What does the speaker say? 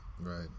right